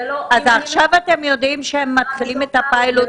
אז עכשיו אתם יודעים שהם מתחילים את הפיילוט